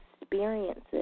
experiences